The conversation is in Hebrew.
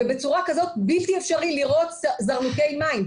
ובצורה כזאת בלתי אפשרי לראות זרנוקי מים.